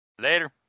Later